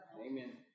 Amen